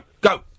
go